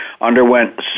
underwent